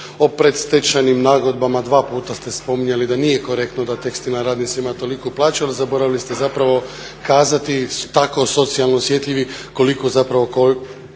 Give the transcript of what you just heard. predstečajnim nagodbama, dva puta ste spominjali da nije korektno da tekstilna radnica ima toliku plaću, ali zaboravili ste zapravo kazati tako socijalno osjetljivi koliko zapravo